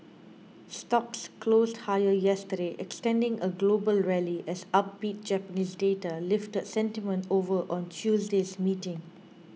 stocks closed higher yesterday extending a global rally as upbeat Japanese data lifted sentiment over on Tuesday's meeting